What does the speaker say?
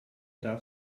darf